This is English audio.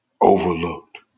overlooked